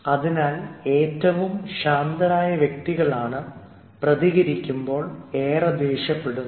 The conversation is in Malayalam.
അതിനാൽ ഏറ്റവും ശാന്തരായ വ്യക്തികളാണ് പ്രതികരിക്കുമ്പോൾ ഏറെ ദേഷ്യപ്പെടുന്നത്